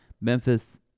Memphis